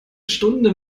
stunde